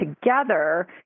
together